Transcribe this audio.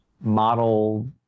model